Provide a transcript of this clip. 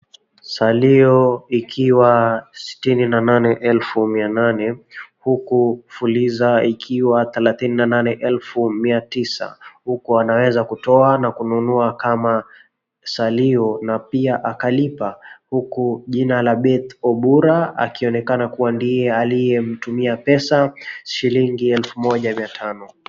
Salio ikiwa sitina na nane elfu mia nane, huku fuliza ikiwa thelathini na nane elfu mia tisa, huku anaweza kutoa na kununua kama salio na pia akalipa huku jina la Beth Obura akionekana Kuwa ndiye aliyemtumia pesa shilingi elfu moja mia tano .